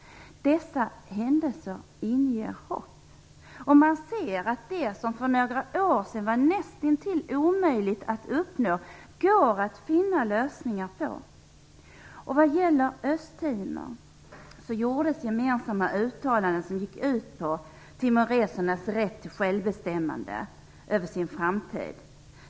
Dessa händelser inger hopp. Man ser att det som för några år sedan var nästintill omöjligt att uppnå går att finna lösningar på. Vad gäller Östtimor gjordes gemensamma uttalanden som gick ut på timoresernas rätt att själva bestämma över sin framtid.